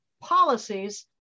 policies